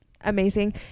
amazing